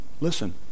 listen